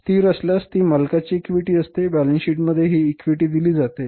स्थिर असल्यास ती मालकाची इक्विटी असते बॅलन्स शीट मध्ये ही इक्विटी दिली जाते